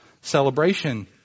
celebration